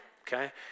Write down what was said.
Okay